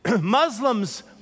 Muslims